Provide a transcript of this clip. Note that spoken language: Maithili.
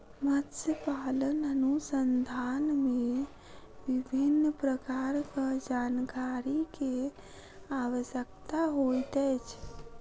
मत्स्य पालन अनुसंधान मे विभिन्न प्रकारक जानकारी के आवश्यकता होइत अछि